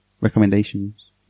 recommendations